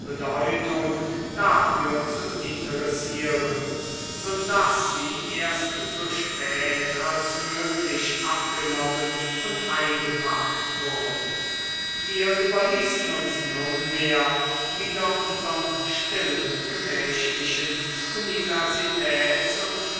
bedeutung dafür zu interessieren so daß sie erst so spät als möglich abgenommen und eingepackt wurden wir überließen uns nunmehr wieder unserm stillen gemächlichen universitäts und